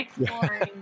exploring